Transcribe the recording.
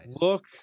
look